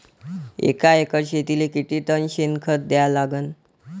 एका एकर शेतीले किती टन शेन खत द्या लागन?